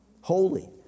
holy